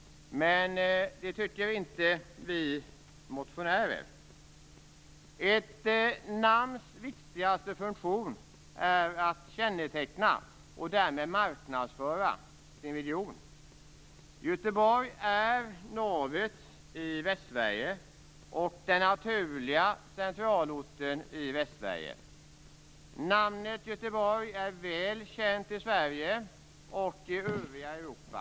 Men det gör inte vi motionärer. Namnets viktigaste funktion är att känneteckna och därmed marknadsföra regionen. Göteborg är navet och den naturliga centralorten i Västsverige. Namnet Göteborg är väl känt i Sverige och i övriga Europa.